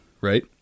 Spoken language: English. right